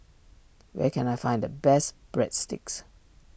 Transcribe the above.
where can I find the best Breadsticks